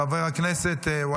חבר הכנסת אושר שקלים,